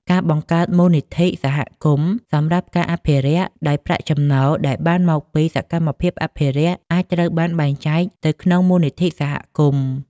ការបង្កើតមូលនិធិសហគមន៍សម្រាប់ការអភិរក្ស ដោយប្រាក់ចំណូលដែលបានមកពីសកម្មភាពអភិរក្ស អាចត្រូវបានបែងចែកទៅក្នុងមូលនិធិសហគមន៍។